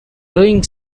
doing